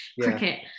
cricket